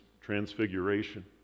transfiguration